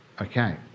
Okay